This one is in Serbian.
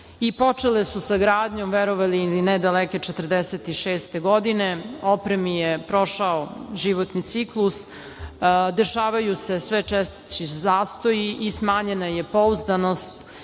i počele su sa gradnjom, verovali ili ne, daleke 1946. godine. Opremi je prošao životni ciklus, dešavaju se sve češći zastoji i smanjena je pouzdanost